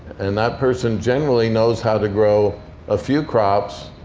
and that person generally knows how to grow a few crops.